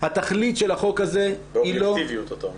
התכלית של החוק הזה היא לא --- באובייקטיביות אתה אומר.